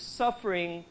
suffering